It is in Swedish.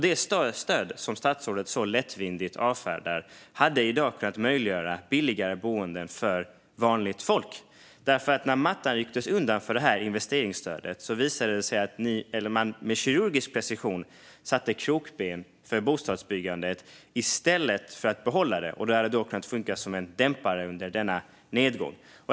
Det stöd som statsrådet så lättvindigt avfärdar hade i dag kunnat möjliggöra billigare boenden för vanligt folk. När mattan rycktes undan för investeringsstödet visade det sig nämligen att man med kirurgisk precision satte krokben för bostadsbyggandet i stället för att behålla det. Stödet hade kunnat funka som en dämpare under denna nedgång.